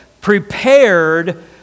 prepared